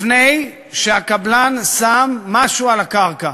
לפני שהקבלן שם משהו על הקרקע.